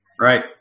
Right